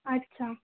अच्छा